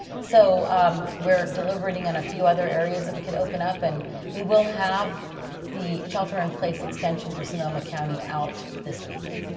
so we're deliberating on a few other areas that we could open up and we will have the shelter in place extension for sonoma county out this week.